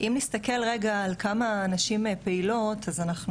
אם נסתכל רגע על כמה הנשים פעילות אז אנחנו